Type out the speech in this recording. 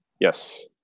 yes